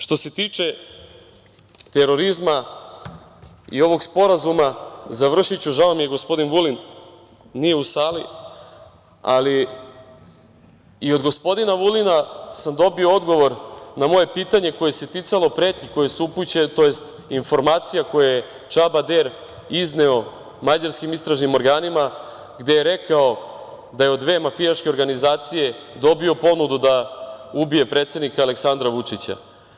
Što se tiče terorizma i ovog sporazuma, završiću, žao mi je što gospodin Vulin nije u sali, ali i od gospodina Vulina sam dobio odgovor na moje pitanje koje se ticalo pretnji koje su upućene tj. informacija koju je Čaba Der izneo mađarskim istražnim organima, gde je rekao da je od dve mafijaške organizacije dobio ponudu da ubije predsednika Aleksandra Vučića.